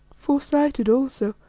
fore-sighted also,